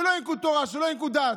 שלא יינקו תורה, שלא יינקו דת,